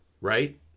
right